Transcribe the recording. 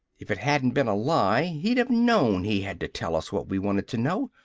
if it hadn't been a lie, he'd have known he had to tell us what we wanted to know!